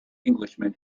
englishman